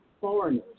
foreigners